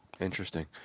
Interesting